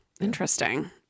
interesting